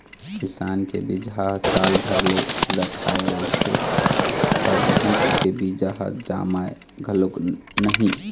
किसान के बिजहा ह साल भर ले रखाए रहिथे त बहुत के बीजा ह जामय घलोक नहि